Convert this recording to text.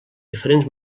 diferents